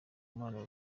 mana